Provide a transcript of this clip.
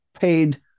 paid